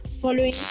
following